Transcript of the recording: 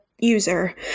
user